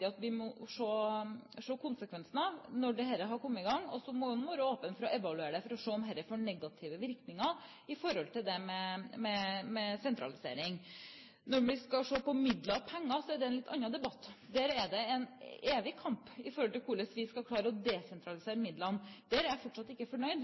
at vi ser konsekvensene av når det har kommet i gang, og så er åpne for å evaluere det for å se om dette får negative virkninger med hensyn til det med sentralisering. Når vi skal se på midler, penger, er det en litt annen debatt. Der er det en evig kamp om hvordan vi skal klare å desentralisere midlene. Der er jeg fortsatt ikke fornøyd,